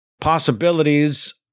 Possibilities